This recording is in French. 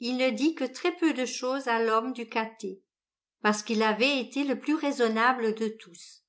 il ne dit que très peu de chose à l'homme du cathay parcequ'il avait été le plus raisonnable de tous